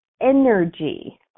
energy